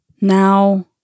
Now